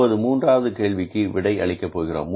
இப்போது மூன்றாவது கேள்விக்கு விடை அளிக்க போகிறோம்